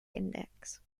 index